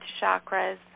chakras